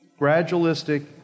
gradualistic